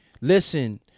listen